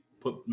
put